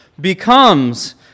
becomes